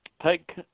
take